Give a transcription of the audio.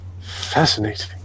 Fascinating